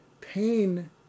Pain